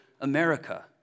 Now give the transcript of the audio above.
America